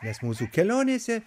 nes mūsų kelionėse